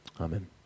Amen